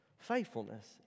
Faithfulness